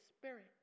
Spirit